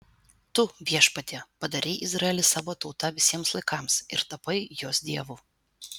tu viešpatie padarei izraelį savo tauta visiems laikams ir tapai jos dievu